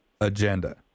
agenda